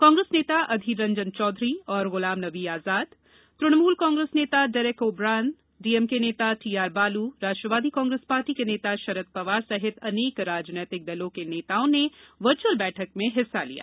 कांग्रेस नेता अधीर रंजन चौधरी और ग्लाम नबी आजादए तृणमूल कांग्रेस नेता डेरेक ओ ब्रायनए डीएमके नेता टीआर बालूए राष्ट्रवादी कांग्रेस पार्टी के नेता शरद पवार सहित अनेक राजनीतिक दलों के नेता वर्युअल बैठक में हिस्सा लिया